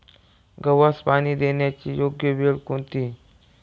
गव्हास पाणी देण्याची योग्य वेळ कोणती?